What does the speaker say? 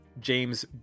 James